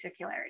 circularity